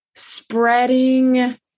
spreading